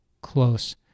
close